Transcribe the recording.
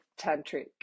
tantric